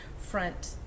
front